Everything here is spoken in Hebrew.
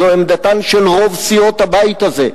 זו עמדתן של רוב סיעות הבית הזה.